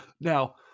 Now